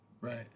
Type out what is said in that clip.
right